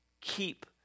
keep